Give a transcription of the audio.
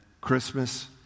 Christmas